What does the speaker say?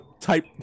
type